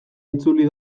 itzuli